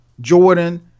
Jordan